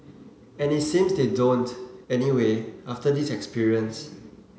and it seems they don't anyway after this experience